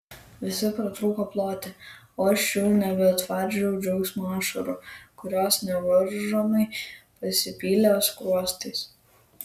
visi pratrūko ploti o aš jau nebetvardžiau džiaugsmo ašarų kurios nevaržomai pasipylė skruostais